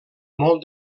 molt